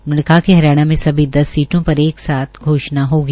उन्होंने हरियाणा में सभी दस सीटों पर एक साथ घोषणा होगी